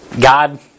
God